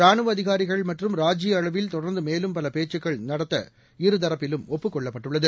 ரானுவ அதிகாரிகள் மற்றும் ராஜீய அளவில் தொடர்ந்து மேலும் பல பேச்சுக்கள் நடத்த இருதரப்பிலும் ஒப்புக் கொள்ளப்பட்டள்ளது